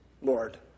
Lord